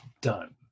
done